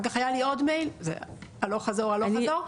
אחר כך היה לי עוד מייל הלוך חזור הלוך חזור.